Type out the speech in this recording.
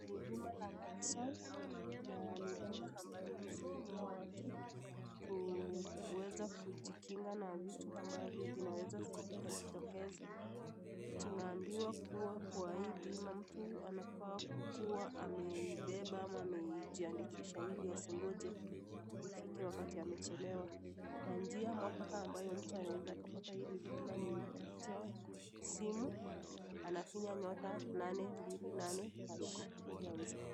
Ni bima la 'Madison' na ni bima ambayo inasaidia watu kuweza kujikinga na vitu ambavyo vinaweza vikajitokeza .Tumeambiwa kuwa kwa hii bima mtu anafaa kuwa ameibeba ama amejiandikisha ili asingoje ifike wakati amechelewa na njia mwafaka ambayo mtu anaweza akapata hili bima ni kupitia simu anafinya nyota nane mbili nane cs[hash]cs ili aweze.